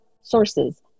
sources